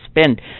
spend